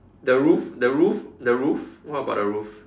the roof the roof the roof what about the roof